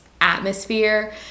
atmosphere